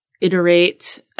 iterate